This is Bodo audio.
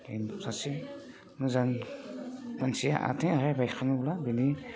खायसे मोजां मानसिया आथिं आखाइ बायखांब्ला बिनि